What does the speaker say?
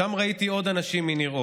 שם ראיתי עוד אנשים מניר עוז.